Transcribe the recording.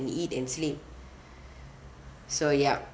eat and sleep so yup